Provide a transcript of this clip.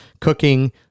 cooking